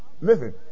Listen